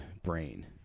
Brain